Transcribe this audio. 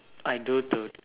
I do to